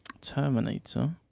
Terminator